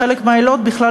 חלק מהעילות בכלל